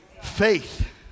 Faith